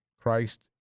Christ